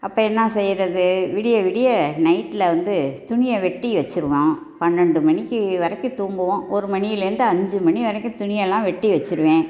அப்போ என்ன செய்கிறது விடிய விடிய நைட்டில் வந்து துணியை வெட்டி வச்சுருவோம் பன்னெண்டு மணிக்கு வரைக்கும் தூங்குவோம் ஒரு மணியிலேருந்து அஞ்சு மணி வரைக்கும் துணி எல்லாம் வெட்டி வச்சுருவேன்